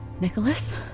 Nicholas